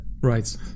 Right